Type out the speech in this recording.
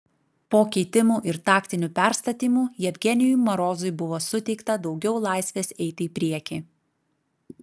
po keitimų ir taktinių perstatymų jevgenijui morozui buvo suteikta daugiau laisvės eiti į priekį